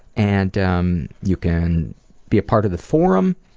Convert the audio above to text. and um you can be a part of the forum,